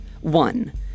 One